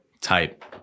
type